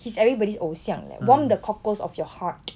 he's everybody's 偶像 leh warm the cockles of your heart